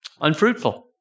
unfruitful